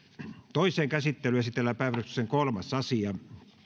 toiseen käsittelyyn esitellään päiväjärjestyksen kolmas asia